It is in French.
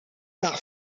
par